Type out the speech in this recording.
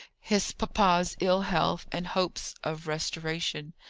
his papa's ill-health, and hopes of restoration,